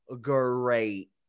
great